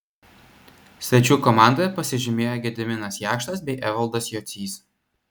svečių komandoje pasižymėjo gediminas jakštas bei evaldas jocys